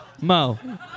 Mo